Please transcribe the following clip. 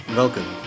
Welcome